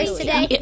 today